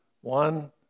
One